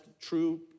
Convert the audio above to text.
true